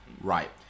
right